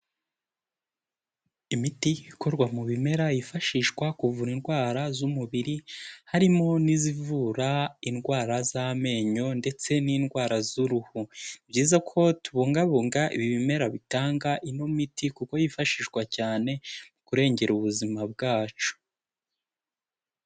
Imiti ikorwa mu bimera yifashishwa kuvura indwara z'umubiri, harimo n'izivura indwara z'amenyo ndetse n'indwara z'uruhu, ni byiza ko tubungabunga ibi bimera bitanga ino miti kuko yifashishwa cyane, mu kurengera ubuzima bwacu.